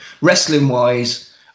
Wrestling-wise